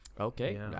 Okay